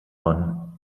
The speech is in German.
von